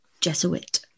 Jesuit